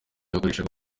yakoreshaga